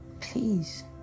Please